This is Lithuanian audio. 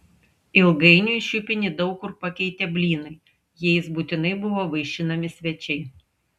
ilgainiui šiupinį daug kur pakeitė blynai jais būtinai buvo vaišinami svečiai